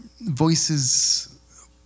voices